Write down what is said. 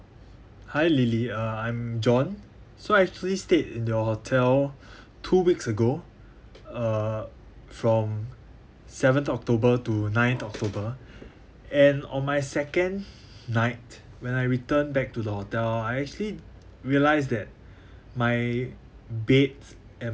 hi lily uh I'm john so I actually stayed in your hotel two weeks ago uh from seventh october to ninth october and on my second night when I returned back to the hotel I actually realised that my bed and